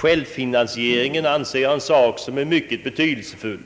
Självfinansieringen är något som jag anser vara mycket betydelsefull.